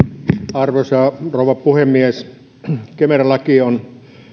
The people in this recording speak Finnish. arvoisa rouva puhemies kemera laki on